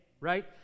right